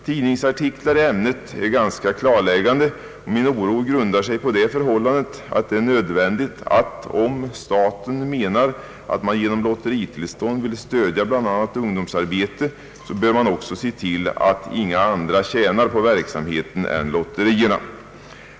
Tidningsartiklar i ämnet är ganska klarläggande, och min oro grundar sig på det förhållandet att det är nödvändigt att staten, om man menar att man genom lotteritillstånd vill stödja bl.a. ungdomsarbetet, ser till att inga andra tjänar på verksamheten än lotterierna.